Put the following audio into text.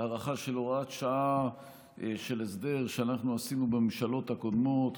הארכה של הוראת שעה של הסדר שאנחנו עשינו בממשלות הקודמות.